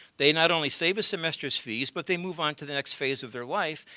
they not only save a semester's fees but they move on to the next phase of their life,